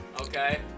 Okay